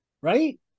Right